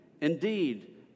Indeed